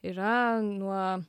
yra nuo